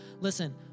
listen